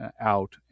out